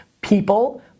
People